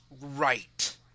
right